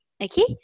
Okay